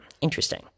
interesting